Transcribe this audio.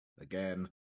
again